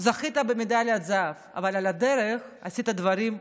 זכית במדליית זהב, אבל על הדרך עשית דברים,